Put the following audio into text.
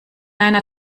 einer